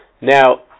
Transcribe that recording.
Now